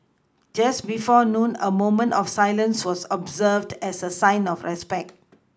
just before noon a moment of silence was observed as a sign of respect